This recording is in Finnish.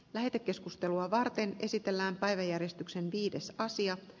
lähetekeskustelua varten esitellään päiväjärjestyksen se kiristyy